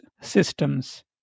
systems